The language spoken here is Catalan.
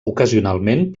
ocasionalment